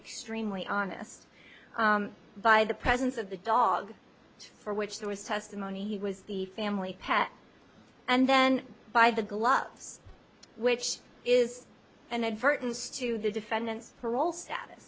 extremely honest by the presence of the dog for which there was testimony he was the family pet and then by the gloves which is and advertently to the defendant's parole status